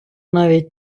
навіть